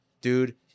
dude